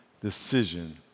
decision